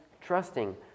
trusting